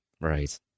Right